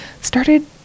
started